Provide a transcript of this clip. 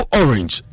orange